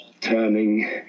turning